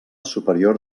superior